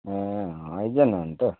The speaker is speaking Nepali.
ए अँँ आइज न अन्त